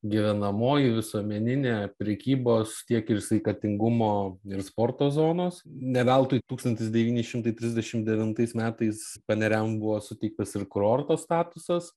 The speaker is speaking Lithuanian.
gyvenamoji visuomeninė prekybos tiek ir sveikatingumo ir sporto zonos ne veltui tūkstantis devyni šimtai trisdešim devintais metais paneriam buvo suteiktas ir kurorto statusas